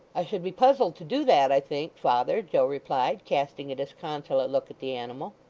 i should be puzzled to do that, i think, father joe replied, casting a disconsolate look at the animal.